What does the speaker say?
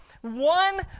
one